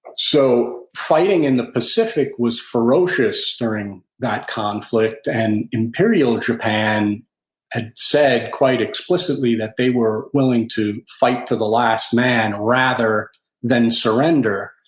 so fighting in the pacific was ferocious during that conflict, and imperial japan had said quite explicitly that they were willing to fight to the last man rather than surrender.